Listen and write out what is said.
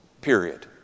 period